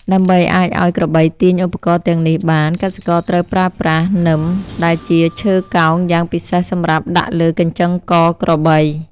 ដើម្បីអាចឱ្យក្របីទាញឧបករណ៍ទាំងនេះបាន កសិករត្រូវប្រើប្រាស់ នឹម ដែលជាឈើកោងយ៉ាងពិសេសសម្រាប់ដាក់លើកញ្ចឹងកក្របី។